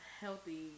Healthy